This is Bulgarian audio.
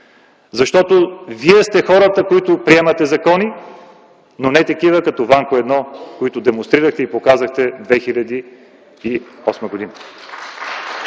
защото вие сте хората, които приемате закони, но не и такива като „Ванко 1”, каквито демонстрирахте и показахте през 2008 г.